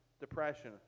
depression